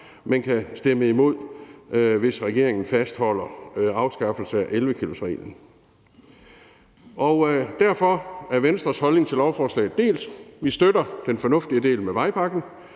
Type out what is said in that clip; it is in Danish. men kan stemme imod, hvis regeringen fastholder afskaffelsen af 11-kilosreglen. Derfor er Venstres holdning til lovforslaget delt. Vi støtter den fornuftige del med vejpakken,